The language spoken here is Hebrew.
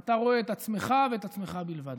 אתה רואה את עצמך ואת עצמך בלבד.